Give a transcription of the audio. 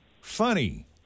funny